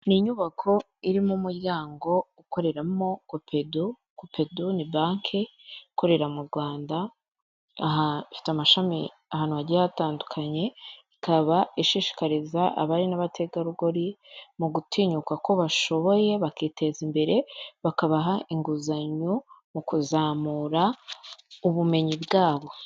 Ni inyubako irimo umuryango ukoreramo kopedo, kopedo ni banki ikorera mu Rwanda, aha ifite amashami ahantu hagiye hatandukanye, ikaba ishishikariza abari n'abategarugori mu gutinyuka ko bashoboye bakiteza imbere, bakabaha inguzanyo mu kuzamura ubumenyi bwabo.